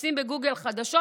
ומחפשים חדשות,